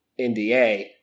NDA